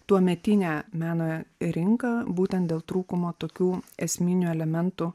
tuometinė meno rinka būtent dėl trūkumo tokių esminių elementų